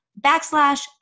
backslash